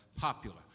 popular